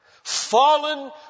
Fallen